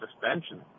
suspension